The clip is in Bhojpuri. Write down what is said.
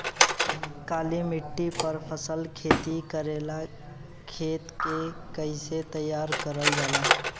काली मिट्टी पर फसल खेती करेला खेत के कइसे तैयार करल जाला?